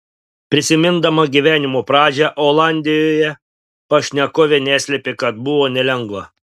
prisimindama gyvenimo pradžią olandijoje pašnekovė neslėpė kad buvo nelengva